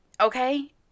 okay